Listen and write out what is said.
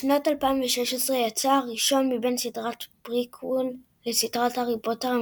בשנת 2016 יצא הראשון מבין סדרת פריקוול לסדרת הארי פוטר,